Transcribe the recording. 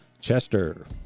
Chester